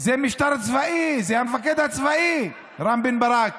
המשטר הצבאי, המפקד הצבאי, רם בן ברק,